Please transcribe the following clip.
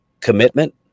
commitment